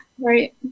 Right